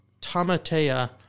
Tamatea